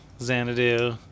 Xanadu